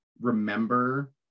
remember